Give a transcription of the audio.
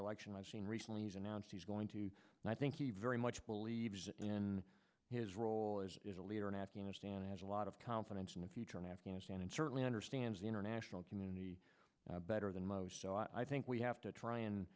election i've seen recently he's announced he's going to and i think he very much believes in his role as a leader in afghanistan has a lot of confidence in the future in afghanistan and certainly understands the international community better than most so i think we have to try and